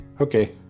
Okay